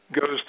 goes